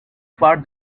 far